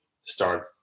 start